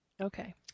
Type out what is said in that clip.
Okay